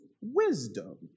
wisdom